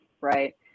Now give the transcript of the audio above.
right